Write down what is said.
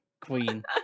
Queen